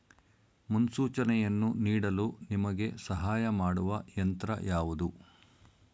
ಮುನ್ಸೂಚನೆಯನ್ನು ನೀಡಲು ನಿಮಗೆ ಸಹಾಯ ಮಾಡುವ ಯಂತ್ರ ಯಾವುದು?